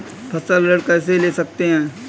फसल ऋण कैसे ले सकते हैं?